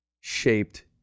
shaped